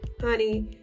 Honey